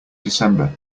december